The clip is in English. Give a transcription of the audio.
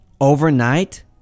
overnight